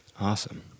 Awesome